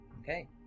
Okay